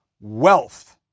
wealth